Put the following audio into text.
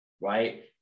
right